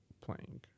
playing